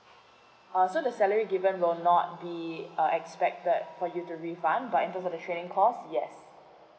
uh so the salary given will not be uh expected for you to refund but in terms of the training course yes